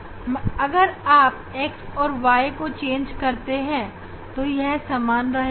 अगर आप x और y को आपस में बदल दे तब भी यह सामान रहेगा